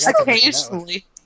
Occasionally